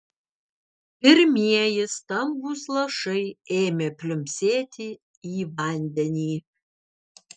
pirmieji stambūs lašai ėmė pliumpsėti į vandenį